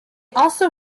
also